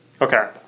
Okay